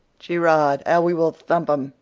gee rod! how we will thump em!